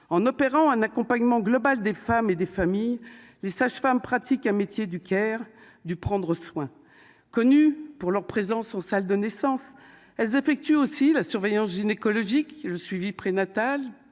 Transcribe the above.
en opérant un accompagnement global des femmes et des familles, les sages-femmes pratiquent un métier du Caire du prendre soin, connus pour leur présence en salle de naissance, elles effectuent aussi la surveillance gynécologique le suivi prénatal